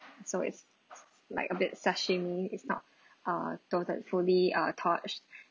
so it's like a bit sashimi it's not a total fully uh torched